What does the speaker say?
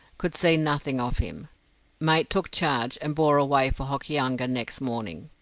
could see nothing of him mate took charge, and bore away for hokianga next morning.